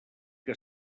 que